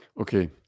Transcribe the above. Okay